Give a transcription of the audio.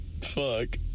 Fuck